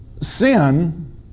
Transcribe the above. Sin